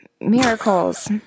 Miracles